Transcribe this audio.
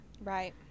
right